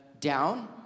down